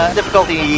difficulty